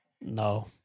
No